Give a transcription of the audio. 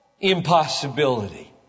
impossibility